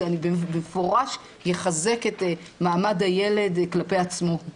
זה במפורש יחזק את מעמד הילד כלפי עצמו.